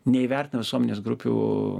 neįvertina visuomenės grupių